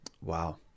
Wow